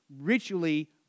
ritually